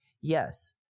yes